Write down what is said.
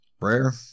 Rare